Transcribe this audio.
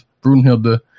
Brunhilde